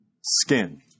skin